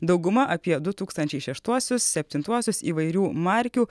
dauguma apie du tūkstančiai šeštuosius septintuosius įvairių markių